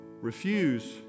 Refuse